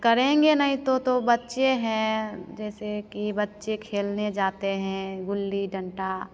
करेंगे नहीं तो तो बच्चे हैं जैसे की बच्चे खेलने जाते हैं गुल्ली डंडा